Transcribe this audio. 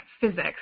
physics